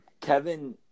Kevin